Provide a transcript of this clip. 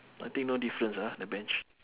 I think no difference ah the bench